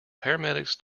paramedics